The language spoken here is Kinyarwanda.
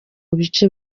bice